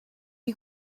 you